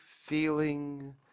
feeling